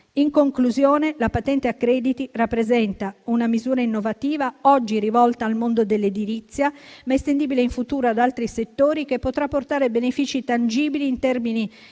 In conclusione, la patente a crediti rappresenta una misura innovativa oggi rivolta al mondo dell'edilizia, ma estendibile in futuro ad altri settori, che potrà portare benefici tangibili in termini